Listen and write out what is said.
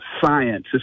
science